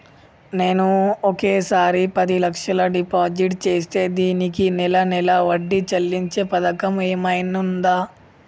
నేను ఒకేసారి పది లక్షలు డిపాజిట్ చేస్తా దీనికి నెల నెల వడ్డీ చెల్లించే పథకం ఏమైనుందా?